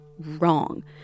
wrong